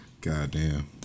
Goddamn